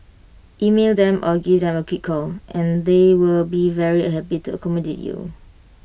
email them or give them A quick call and they will be very happy to accommodate you